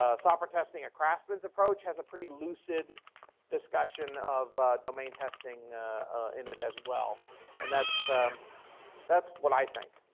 ah software testing a craftsman's approach, has a pretty lucid discussion of domain testing in it as well and that's that's what i think.